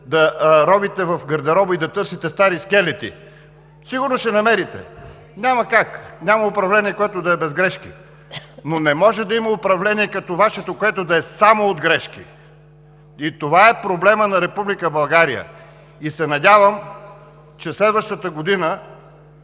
да ровите в гардероба и да търсите стари скелети. Сигурно ще намерите – няма как, няма управление, което да е без грешки, но не може да има управление като Вашето, което да е само от грешки. Това е проблемът на Република България. Надявам се, че следващата година